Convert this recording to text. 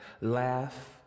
laugh